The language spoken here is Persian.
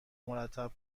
مرتب